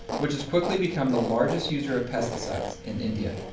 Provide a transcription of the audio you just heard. which has quickly become the largest user of pesticides in india.